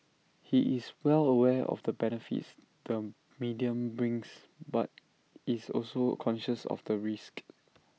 he is well aware of the benefits the medium brings but is also conscious of the risks